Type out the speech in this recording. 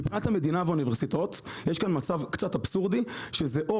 מבחינת המדינה והאוניברסיטאות יש כאן מצב קצת אבסורדי שזה או